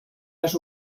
les